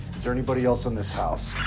is there anybody else in this house?